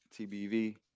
TBV